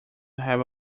have